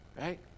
right